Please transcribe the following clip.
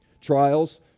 Trials